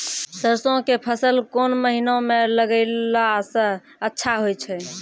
सरसों के फसल कोन महिना म लगैला सऽ अच्छा होय छै?